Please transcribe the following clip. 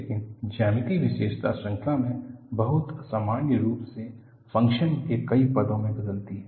लेकिन ज्यामितीय विशेषता श्रृंखला में बहुत असामान्य रूप से फंक्शन के कई पदों में बदलती हैं